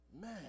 Man